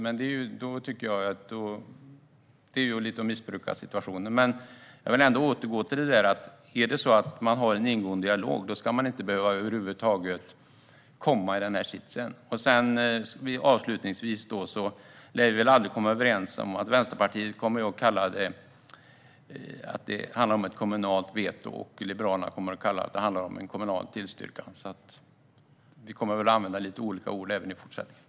Men det är ju lite att missbruka situationen. Jag vill återgå till detta att om man har en ingående dialog ska man över huvud taget inte behöva hamna i den sitsen. Avslutningsvis lär vi väl aldrig komma överens. Vänsterpartiet kommer att kalla det för ett kommunalt veto och Liberalerna kommer att kalla det för en kommunal tillstyrkan, så vi kommer väl att använda lite olika ord även i fortsättningen.